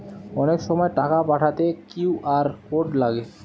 অনেক সময় টাকা পাঠাতে কিউ.আর কোড লাগে